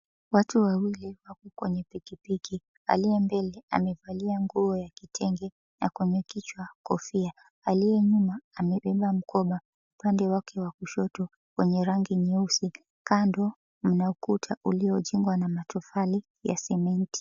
Watu wawili wapo kwenye pikipiki, aliye mbele amevalia nguo ya kitenge na kwenye kichwa kofia, aliye nyuma amebeba mkoba upande wake wa kushoto wenye rangi nyeusi kando, kuna ukuta uliojengwa na matofali ya sementi.